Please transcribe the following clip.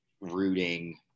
rooting